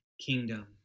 kingdom